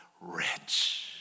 rich